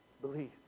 Believe